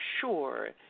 sure